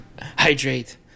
Hydrate